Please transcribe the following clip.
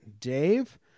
Dave